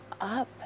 up